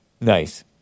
Nice